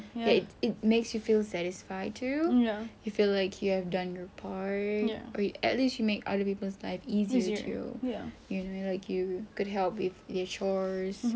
like it makes you feel satisfied too you feel like you have done your part at least you make other people life easier to you know like you could help with chores